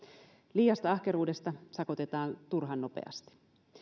liiasta ahkeruudesta sakotetaan turhan nopeasti